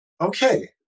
okay